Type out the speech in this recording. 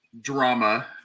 drama